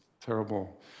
terrible